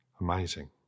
Amazing